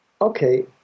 Okay